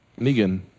Negan